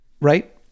right